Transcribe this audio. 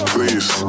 Please